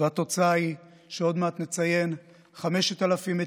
והתוצאה היא שעוד מעט נציין 5,000 מתים,